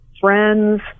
friends